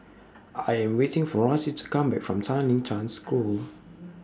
I Am waiting For Rossie to Come Back from Tanglin Trust School